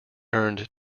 earned